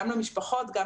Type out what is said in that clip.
גם למשפחות, גם